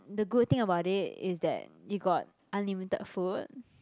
the good thing about it is that you got unlimited food